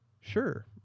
sure